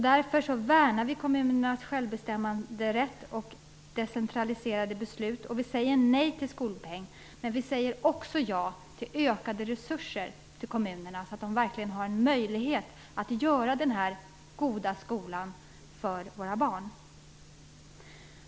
Därför värnar vi om kommunernas självbestämmanderätt och om decentraliserade beslut. Vi säger nej till skolpeng men ja till ökade resurser för kommunerna, så att de verkligen får möjlighet att skapa den goda skolan för våra barn.